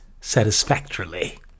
satisfactorily